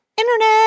internet